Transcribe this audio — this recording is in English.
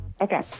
Okay